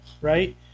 right